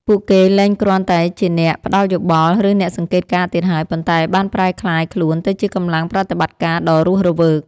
ពួកគេលែងគ្រាន់តែជាអ្នកផ្ដល់យោបល់ ឬអ្នកសង្កេតការណ៍ទៀតហើយ ប៉ុន្តែបានប្រែក្លាយខ្លួនទៅជាកម្លាំងប្រតិបត្តិការដ៏រស់រវើក។